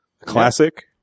Classic